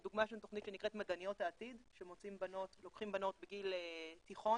לדוגמה יש לנו תוכנית שנקראת 'מדעניות העתיד' שלוקחים בנות בגיל תיכון,